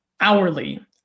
hourly